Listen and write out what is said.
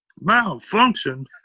Malfunction